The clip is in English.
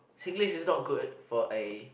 Singlish not good for A